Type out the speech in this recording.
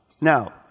Now